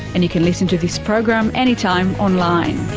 and you can listen to this program anytime online